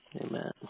Amen